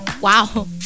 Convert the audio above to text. Wow